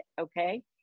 okay